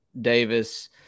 Davis